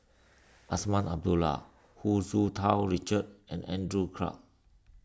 Azman Abdullah Hu Tsu Tau Richard and Andrew Clarke